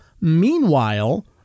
Meanwhile